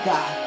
God